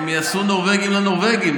הם יעשו נורבגי לנורבגי.